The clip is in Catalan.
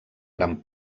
gran